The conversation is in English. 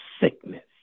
sickness